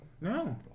no